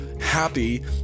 happy